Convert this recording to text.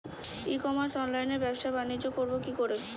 ই commerce অনলাইনে ব্যবসা বানিজ্য করব কি করে?